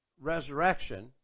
resurrection